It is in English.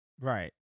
Right